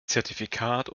zertifikat